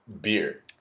beer